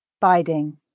biding